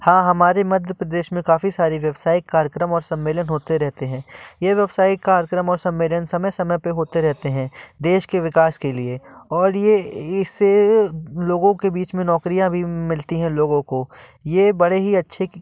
हाँ हमारे मध्य प्रदेश में काफ़ी सारे व्यवसायिक कार्यक्रम और सम्मलेन होते रहते हैं ये व्यवसायिक कार्यक्रम और सम्मलेन समय समय पे होते रहते हैं देश के विकास के लिए और ये इससे लोगों के बीच में नौकरियँ भी मिलती हैं लोगों को ये बड़े ही अच्छे